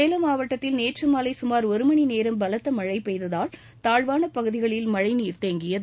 சேலம் மாவட்டத்தில் நேற்று மாலை சுமார் ஒருமணி நேரம் பலத்த மழை பெய்ததால் தாழ்வான பகுதியில் மழைநீர் தேங்கியது